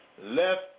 left